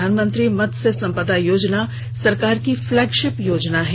प्रधानमंत्री मत्स्य संपदा योजना सरकार की फ्लैगशिप योजना है